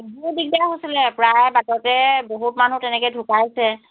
বহুত দিগদাৰ হৈছিলে প্ৰায় বাটতে বহুত মানুহ তেনেকৈ ঢুকাইছে